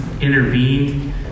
intervened